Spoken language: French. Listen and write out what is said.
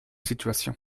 situation